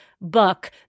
book